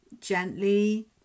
gently